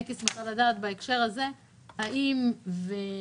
הייתי שמחה לדעת בהקשר הזה האם מוצע